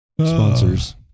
sponsors